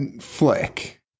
flick